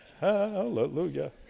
Hallelujah